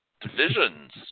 Divisions